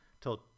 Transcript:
till